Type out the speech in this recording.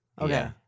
okay